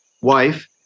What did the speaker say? wife